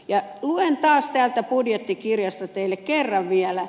luen taas täältä budjettikirjasta kerran vielä